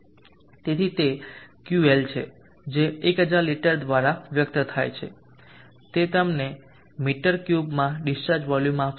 તેથી તે QL છે જે 1000 લિટર દ્વારા વ્યક્ત થાય છે તે તમને મીટર ક્યુબમાં ડિસ્ચાર્જ વોલ્યુમ આપશે